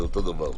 זה אותו דבר.